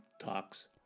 talks